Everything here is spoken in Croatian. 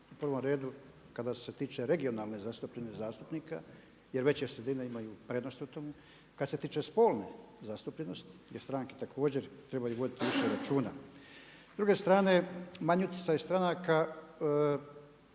U prvom redu kada se tiče regionalne zastupljenosti zastupnika jer veće sredine imaju prednost u tome, kada se tiče spolne zastupljenosti jer stranke također trebaju voditi više računa. S druge strane manji utjecaj stranaka